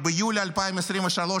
עוד ביולי 2023,